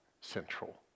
central